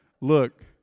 look